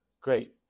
great